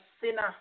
sinner